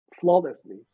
flawlessly